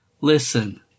Listen